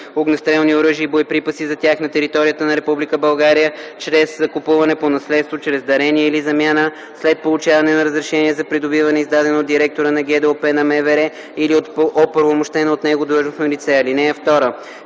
огнестрелни оръжия и боеприпаси за тях на територията на Република България чрез закупуване, по наследство, чрез дарение или замяна след получаване на разрешение за придобиване, издадено от директора на ГДОП на МВР или от оправомощено от него длъжностно лице. (2)